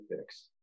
fix